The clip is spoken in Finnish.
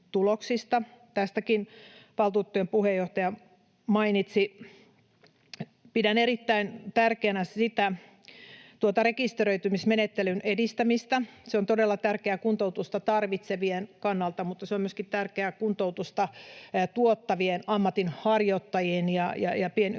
Tästäkin valtuutettujen puheenjohtaja mainitsi. Pidän erittäin tärkeänä tuota rekisteröitymismenettelyn edistämistä. Se on todella tärkeää kuntoutusta tarvitsevien kannalta, mutta se on tärkeää myöskin kuntoutusta tuottavien ammatinharjoittajien ja pienyrittäjien